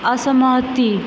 असहमति